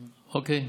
אוקיי.